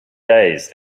days